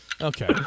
Okay